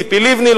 ציפי לבני,